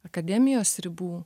akademijos ribų